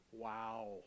Wow